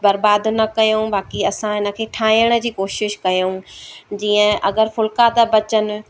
बर्बाद न कयूं बाक़ी असां हिन खे ठाहिण जी कोशिशि कयूं जीअं अगरि फुलिका था बचनि